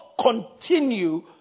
continue